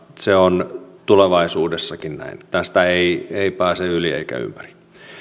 se on tulevaisuudessakin näin tästä ei ei pääse yli eikä ympäri